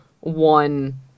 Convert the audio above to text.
one